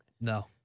No